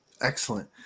Excellent